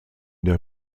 der